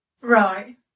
Right